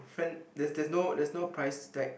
friend there's there's no there's no price tag